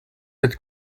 that